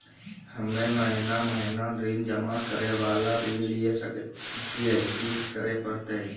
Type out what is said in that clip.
हम्मे महीना महीना ऋण जमा करे वाला ऋण लिये सकय छियै, की करे परतै?